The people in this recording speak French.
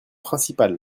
principales